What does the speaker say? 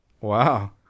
Wow